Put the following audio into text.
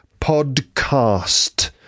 Podcast